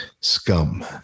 scum